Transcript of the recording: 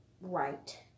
right